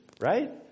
Right